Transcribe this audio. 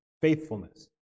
faithfulness